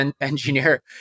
engineer